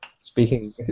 Speaking